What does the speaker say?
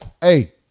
hey